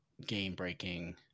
game-breaking